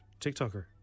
TikToker